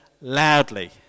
loudly